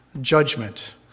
judgment